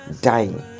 dying